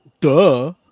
Duh